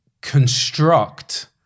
construct